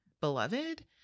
*Beloved*